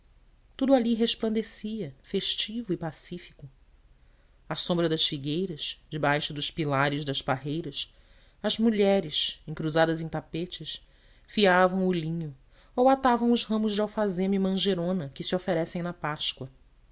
tudo ali resplandecia festivo e pacífico à sombra das figueiras debaixo dos pilares das parreiras as mulheres encruzadas em tapetes fiavam o linho ou atavam os ramos de alfazema e mangerona que se oferecem na páscoa